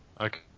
Okay